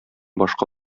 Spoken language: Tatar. башка